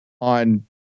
on